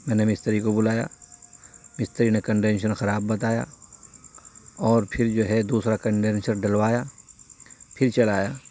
میں نے مستری کو بلایا مستری نے کنڈینشن خراب بتایا اور پھر جو ہے دوسرا کنڈینشر ڈلوایا پھر چلایا